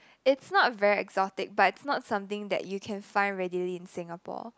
it's not very exotic but it's not something that you can find readily in Singapore